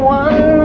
one